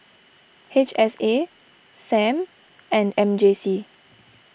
H S A Sam and M J C